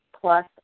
plus